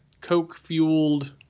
coke-fueled